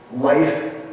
Life